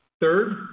Third